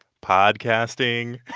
podcasting